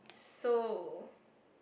so